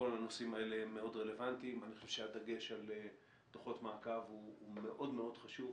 אנחנו נתחיל לדון בנושאים שנגזרים מהדוח הזה והזימונים כבר יצאו.